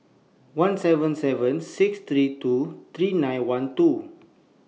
one seven seven six three two three nine one two